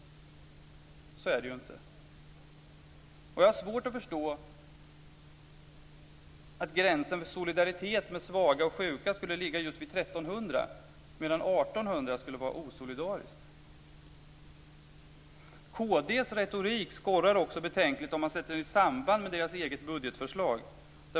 Så är det ju inte. Jag har svårt att förstå att gränsen för solidaritet med svaga och sjuka skulle ligga just vid 1 300 kr medan det skulle vara osolidariskt vid 1 800 kr. Kristdemokraternas retorik skorrar också betänkligt om man sätter detta i samband med deras eget budgetförslag.